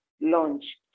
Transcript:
launch